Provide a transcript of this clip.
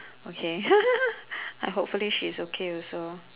okay uh hopefully she is okay also